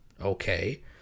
Okay